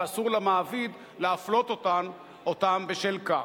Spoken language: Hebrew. ואסור למעביד להפלות אותם בשל כך.